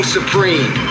Supreme